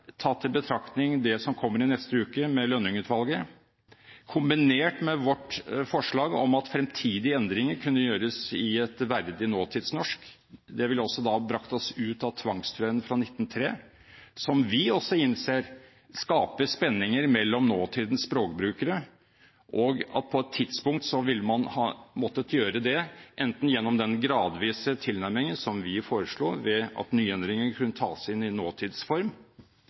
tatt i betraktning det som kommer i neste uke, med Lønning-utvalget, kombinert med vårt forslag om at fremtidige endringer kunne gjøres i et verdig nåtidsnorsk, som også ville brakt oss ut av tvangstrøyen fra 1903, som vi også innser skaper spenninger mellom nåtidens språkbrukere og grunnlovsteksten. På et tidspunkt ville man ha måttet gjøre det, enten gjennom den gradvise tilnærmingen som vi foreslår, ved å ta inn nye endringer i nåtidsform,